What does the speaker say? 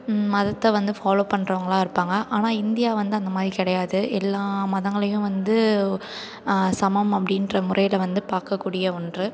மதத்தை வந்து ஃபாலோ பண்ணுறவங்களா இருப்பாங்க ஆனால் இந்தியா வந்து அந்த மாதிரி கிடையாது எல்லா மதங்களையும் வந்து சமம் அப்படின்ற முறையில் வந்து பார்க்கக்கூடிய ஒன்று